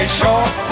short